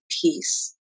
peace